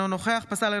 אינו נוכח משה פסל,